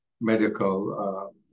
medical